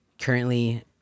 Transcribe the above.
currently